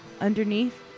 underneath